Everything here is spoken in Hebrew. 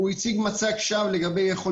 פה באמת השאלה איפה אתם והאם המוקד הזה יוכל